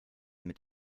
mit